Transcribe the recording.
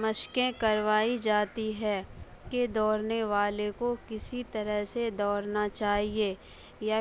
مشقیں کروائی جاتی ہے کہ دوڑنے والے کو کسی طرح سے دوڑنا چاہیے یا